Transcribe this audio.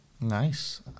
nice